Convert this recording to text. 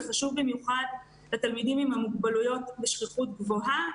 זה חשוב במיוחד לתלמידים עם המוגבלויות בשכיחות גבוהה,